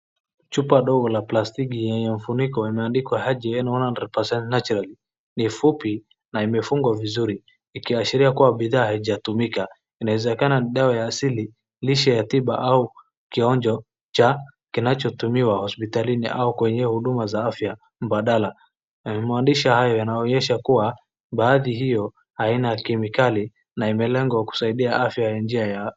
Chupa ndogo la plastiki limefunikwa limeandikwa [ cs]Hydrogen one hundred naturally ni fupi na imefungwa vizuri. Ikiashilia kuwa bidhaa hijatumika, inawezekana ni dawa ya asili lisha ya tiba au kionjo cha kinachotumiwa hospitalini au kwa hiyo huduma ya afya badala. Maandishi hayo yanaonyesha kuwa baadhi hiyo haina kemikari na imelengwa kusaidia afya ya njia ya[.]